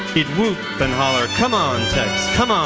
he'd whoop and holler, c'mon um